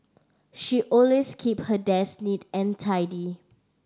she always keep her desk neat and tidy